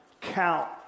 count